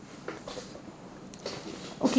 okay